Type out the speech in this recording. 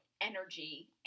energy